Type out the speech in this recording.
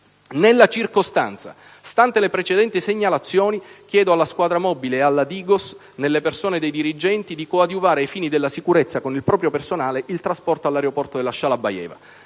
Nella circostanza, stante le precedenti segnalazioni, chiedo alla squadra mobile e alla Digos, nelle persone dei dirigenti, di coadiuvare ai fini della sicurezza con proprio personale, il trasporto all'aeroporto della Shalabayeva.